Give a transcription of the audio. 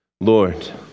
Lord